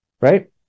right